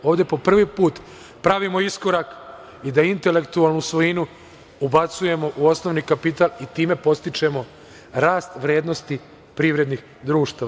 Ovde po prvi put pravimo iskorak i da intelektualnu svojinu ubacujemo u osnovni kapital i time podstičemo rast vrednosti privrednih društava.